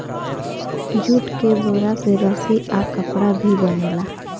jute के बोरा से रस्सी आ कपड़ा भी बनेला